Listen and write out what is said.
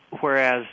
whereas